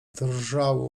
drżały